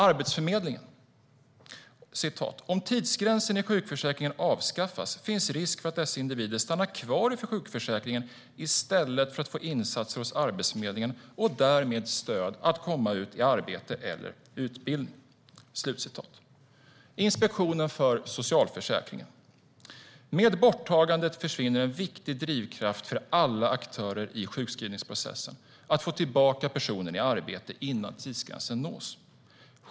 Arbetsförmedlingen säger följande: Om tidsgränsen i sjukförsäkringen avskaffas finns risk för att dessa individer stannar kvar i sjukförsäkringen i stället för att få insatser hos Arbetsförmedlingen och därmed stöd att komma ut i arbete eller utbildning. Inspektionen för socialförsäkringen säger följande: Med borttagandet försvinner en viktig drivkraft för alla aktörer i sjukskrivningsprocessen att få tillbaka personen i arbete innan tidsgränsen nås.